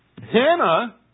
Hannah